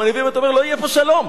אתה אומר: לא יהיה פה שלום.